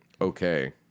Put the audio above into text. Okay